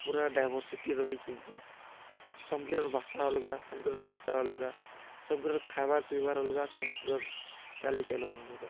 ପୁରା ଡ଼ାଇଭରସିଟି ରହିଚାଲିଛି ସମଲପୁରୀର ଭାଷା ଅଲଗା ସମଲପୁରୀର ଭଷା ଅଲଗା ସମଲପୁରୀର ଖାଇବାର୍ ପିଇବାର୍ ଅଲଗା ସମଲପୁରୀର ଚାଲିଚଲନ୍ ଅଲଗା